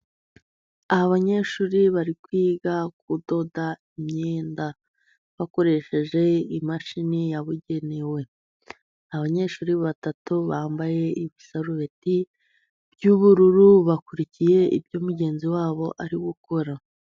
Abanyeshuri bari kwiga kudoda imyenda bakoresheje imashini yabugenewe. Abanyeshuri batatu bambaye ibisarubeti by'ubururu bakurikiye ibyo mugenzi wabo ari gukora.